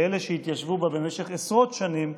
לאלה שהתיישבו בה במשך עשרות שנים,